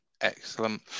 excellent